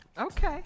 Okay